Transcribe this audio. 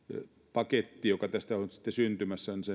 paketti joka tästä on nyt sitten syntymässä